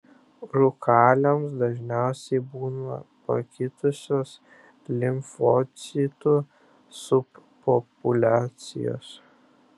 rūkaliams dažniausiai būna pakitusios limfocitų subpopuliacijos